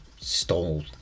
stole